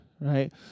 right